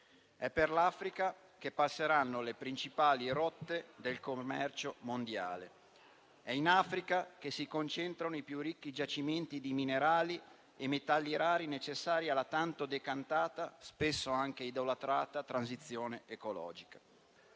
È per l'Africa che passeranno le principali rotte del commercio mondiale, è in Africa che si concentrano i più ricchi giacimenti di minerali e metalli rari necessari alla tanto decantata, spesso anche idolatrata transizione ecologica.